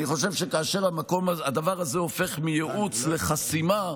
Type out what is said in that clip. כאשר הדבר הזה הופך מייעוץ לחסימה,